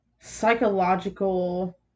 psychological